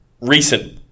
recent